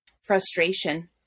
frustration